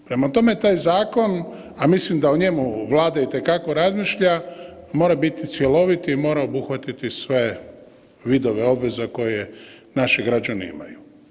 Prema tome, taj zakon, a mislim da o njemu Vlada itekako razmišlja mora biti cjelovit i mora obuhvatiti sve vidove obveza koje naši građani imaju.